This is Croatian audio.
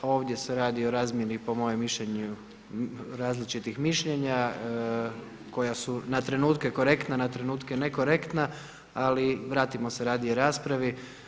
Ovdje se radi o razmjeni po mojem mišljenju različitih mišljenja koja su na trenutku korektna, na trenutke nekorektna ali vratimo se radije raspravi.